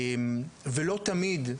לא תמיד,